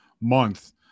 month